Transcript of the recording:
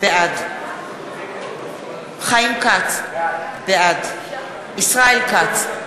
בעד חיים כץ, בעד ישראל כץ,